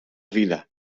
vida